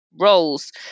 roles